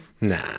Nah